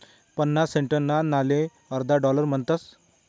पन्नास सेंटना नाणाले अर्धा डालर म्हणतस